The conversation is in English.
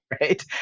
right